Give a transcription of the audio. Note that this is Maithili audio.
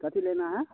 कथी लेना हए